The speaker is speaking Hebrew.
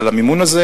על המימון הזה.